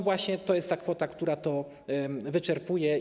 Właśnie to jest kwota, która to wyczerpuje.